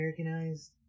americanized